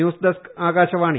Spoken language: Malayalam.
ന്യൂസ്ഡസ്ക് ആകാശവാണി